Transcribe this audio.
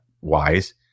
wise